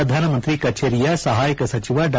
ಪ್ರಧಾನ ಮಂತ್ರಿ ಕಚೇರಿಯ ಸಹಾಯಕ ಸಚಿವ ಡಾ